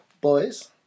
boys